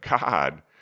God